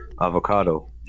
avocado